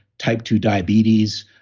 type two diabetes,